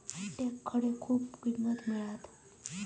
अंड्याक खडे लय किंमत मिळात?